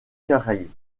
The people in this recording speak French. caraïbes